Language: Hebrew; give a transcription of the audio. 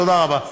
תודה רבה.